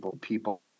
people